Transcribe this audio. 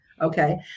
Okay